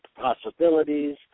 possibilities